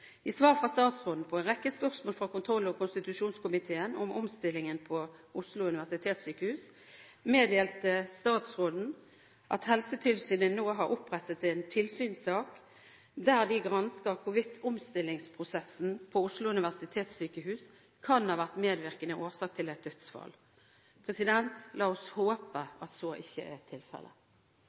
I svar fra statstråden på en rekke spørsmål fra kontroll- og konstitusjonskomiteen om omstillingen ved Oslo universitetssykehus meddelte statsråden at Helsetilsynet nå har opprettet en tilsynssak der de gransker hvorvidt omstillingsprosessen ved Oslo universitetssykehus kan ha vært medvirkende årsak til et dødsfall. La oss håpe at så ikke er tilfellet.